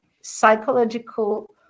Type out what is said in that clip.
psychological